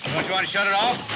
you want to shut it off?